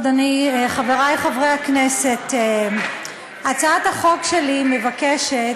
אדוני, חברי חברי הכנסת, הצעת החוק שלי מבקשת,